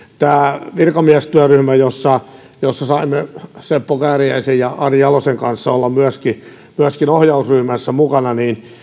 tämä virkamiestyöryhmä jossa jossa saimme seppo kääriäisen ja ari jalosen kanssa myöskin olla ohjausryhmässä mukana